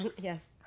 Yes